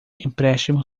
empréstimo